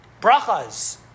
Brachas